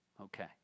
Okay